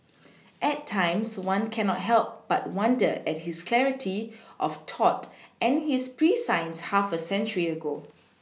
at times one cannot help but wonder at his clarity of thought and his prescience half a century ago